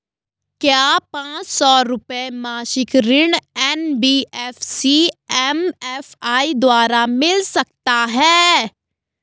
क्या पांच सौ रुपए मासिक ऋण एन.बी.एफ.सी एम.एफ.आई द्वारा मिल सकता है?